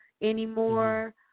anymore